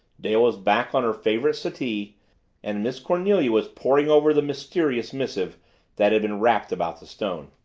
dale was back on her favorite settee and miss cornelia was poring over the mysterious missive that had been wrapped about the stone.